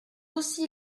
aussi